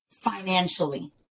financially